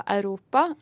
Europa